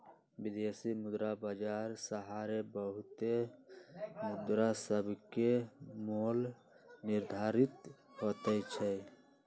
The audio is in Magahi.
विदेशी मुद्रा बाजार सहारे बहुते मुद्रासभके मोल निर्धारित होतइ छइ